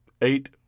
eight